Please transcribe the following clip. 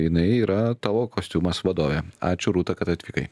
jinai yra tavo kostiumas vadovė ačiū rūta kad atvykai